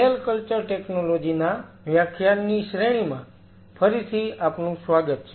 cell culture technology ના વ્યાખ્યાનની શ્રેણીમાં ફરીથી આપનું સ્વાગત છે